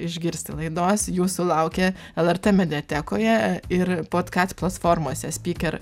išgirsti laidos jūsų laukia lrt mediatekoje ir podkest platformose spyker